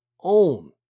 own